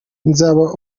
nzaba